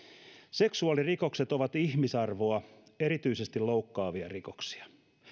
seksuaalirikokset ovat ihmisarvoa erityisesti loukkaavia rikoksia